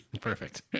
Perfect